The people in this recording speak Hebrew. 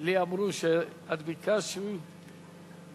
לי אמרו שאת ביקשת שחבר הכנסת